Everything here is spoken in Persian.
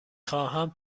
خواهم